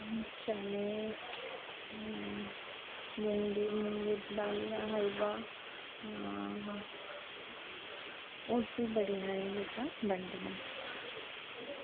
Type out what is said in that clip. चनें मुंगी दी दाली दा हल्वा होर बी बड़ियां सारियां चीजां बनदियां न